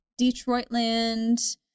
detroitland